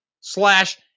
Slash